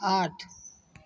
आठ